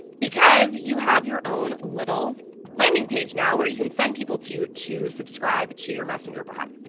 because you have your own little landing page now where you can send people to to subscribe to your messenger bot.